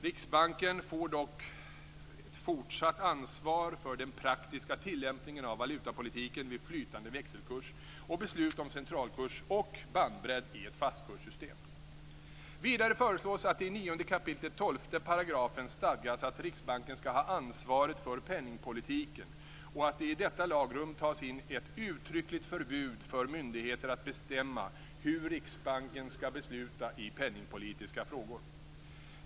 Riksbanken får dock ett fortsatt ansvar för den praktiska tillämpningen av valutapolitiken vid flytande växelkurs och beslut om centralkurs och bandbredd i ett fastkurssystem. Vidare föreslås att det i 9 kap. 12 § regeringsformen stadgas att Riksbanken skall ha ansvaret för penningpolitiken och att det i detta lagrum tas in ett uttryckligt förbud för myndigheter att bestämma hur Riksbanken skall besluta i penningpolitiska frågor.